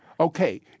Okay